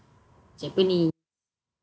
japanese